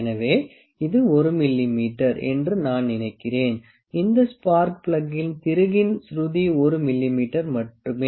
எனவே இது 1 மிமீ என்று நான் நினைக்கிறேன் இந்த ஸ்பார்க் பிளக்கின் திருகின் சுருதி 1 மிமீ மட்டுமே